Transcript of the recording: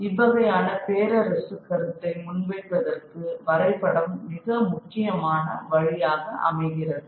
இவ்வகையான பேரரசு கருத்தை முன்வைப்பதற்கு வரைபடம் மிக முக்கியமான வழியாக அமைகிறது